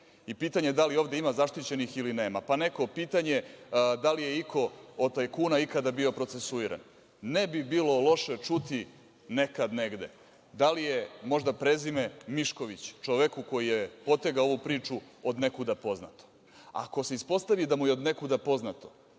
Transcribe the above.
Pitanje da li ovde ima zaštićenih ili nema, pa neko pitanje da li je iko od tajkuna ikada bio procesuiran, ne bi bilo loše čuti nekad negde da li je možda prezime Mišković čoveku koji je potegao ovu priču od nekuda poznato? Ako se ispostavi da mu je odnekuda poznato,